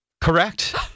correct